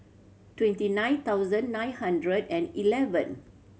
twenty nine thousand nine hundred and eleven